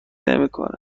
نمیکنه